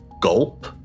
gulp